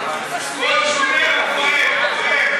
תני לי רגע.